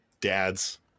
Dad's